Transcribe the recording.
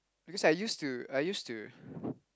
because I used to I used to